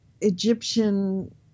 Egyptian